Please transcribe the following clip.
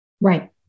Right